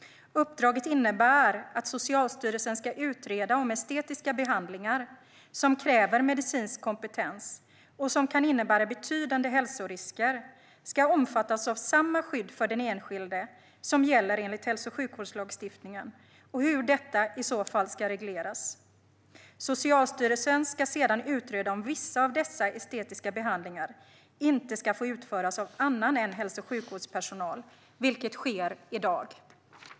Uppdraget innebär att Socialstyrelsen ska utreda om estetiska behandlingar som kräver medicinsk kompetens och som kan innebära betydande hälsorisker ska omfattas av samma skydd för den enskilde som gäller enligt hälso och sjukvårdslagstiftningen och hur detta i så fall ska regleras. Socialstyrelsen ska sedan utreda om vissa av dessa estetiska behandlingar inte ska få utföras av annan än hälso och sjukvårdspersonal, vilket sker i dag.